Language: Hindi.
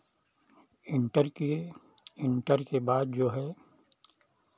इंटर किये इंटर के बाद जो है